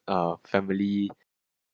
a family